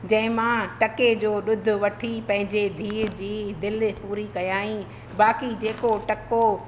जंहिंमां टके जो ॾुध वठी पंहिंजे धीअ जी दिलि पूरी कयईं बाक़ी जेको टको